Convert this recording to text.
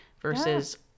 versus